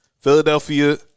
Philadelphia